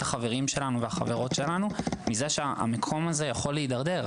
החברים שלנו חוששים מכך שהמקום יידרדר.